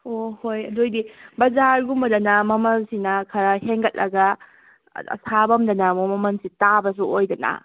ꯑꯣ ꯍꯣꯏ ꯑꯗꯨ ꯑꯣꯏꯗꯤ ꯕꯖꯥꯔꯒꯨꯝꯕꯗꯅ ꯃꯃꯜꯁꯤꯅ ꯈꯔ ꯍꯦꯟꯒꯠꯂꯒ ꯑꯁꯥꯕꯝꯗꯅ ꯑꯃꯨꯛ ꯃꯃꯜꯁꯦ ꯇꯥꯕꯁꯨ ꯑꯣꯏꯗꯅꯥ